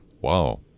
Wow